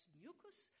mucus